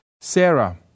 Sarah